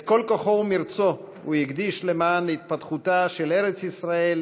את כל כוחו ומרצו הוא הקדיש למען התפתחותה של ארץ-ישראל